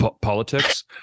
politics